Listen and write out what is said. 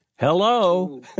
hello